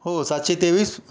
हो सातशे तेवीस